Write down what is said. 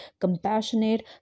compassionate